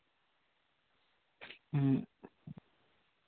ᱦᱮᱸ